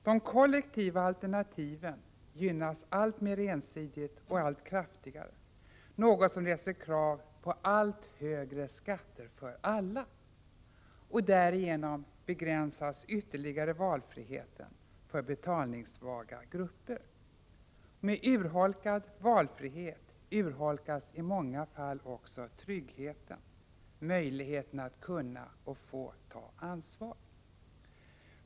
De kollektiva alternativen gynnas alltmer ensidigt och allt kraftigare, något som reser krav på allt högre skatter för alla. Därigenom begränsas ytterligare valfriheten för betalningssvaga grupper. Med urholkad valfrihet urholkas i många fall också tryggheten, möjligheten att ta ansvar.